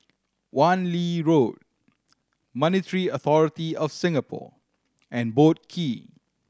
Wan Lee Road Monetary Authority Of Singapore and Boat Quay